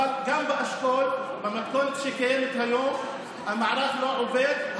אבל גם באשכול במתכונת שקיימת היום המערך לא עובד.